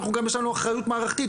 יש לנו גם אחריות מערכתית,